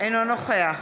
אינו נוכח